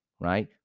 Right